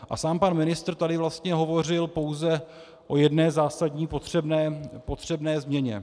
A sám pan ministr tady vlastně hovořil pouze o jedné zásadní potřebné změně.